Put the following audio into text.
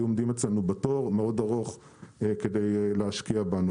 היו עומדים אצלנו בתור מאוד ארוך כדי להשקיע בנו,